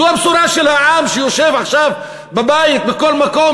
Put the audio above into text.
זו הבשורה של העם שיושב עכשיו בבית בכל מקום,